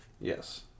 Yes